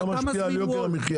זה משפיע על יוקר המחיה,